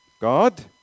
God